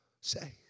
say